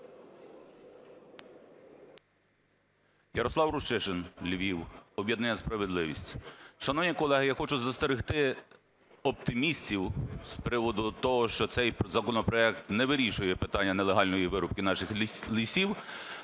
Ярослав Рущишин, Львів, об'єднання "Справедливість". Шановні колеги, я хочу застерегти оптимістів з приводу того, що цей законопроект не вирішує питання нелегальної вирубки наших лісів,